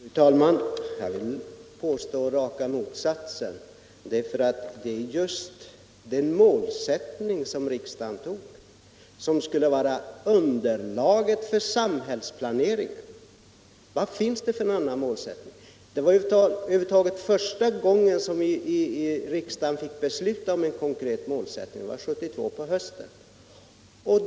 Fru talman! Jag vill påstå raka motsatsen till vad fru af Ugglas sade, för det är just den målsättning som riksdagen fastställer som skall vara underlaget för samhällsplaneringen. Vad finns det för annan målsättning? Första gången som vi i riksdagen över huvud taget fick besluta om en konkret målsättning på detta område var 1972 på hösten.